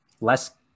less